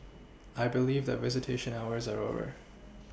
I believe that visitation hours are over